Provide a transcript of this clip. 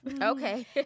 Okay